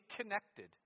connected